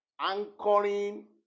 anchoring